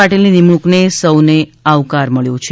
પાટીલની નિમણૂંકને સૌનો આવકાર મળ્યો છે